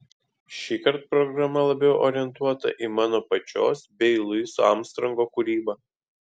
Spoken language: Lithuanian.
šįkart programa labiau orientuota į mano pačios bei luiso armstrongo kūrybą